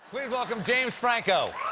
please welcome james franco.